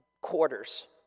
quarters